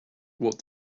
what